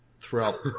throughout